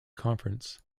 conference